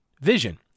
vision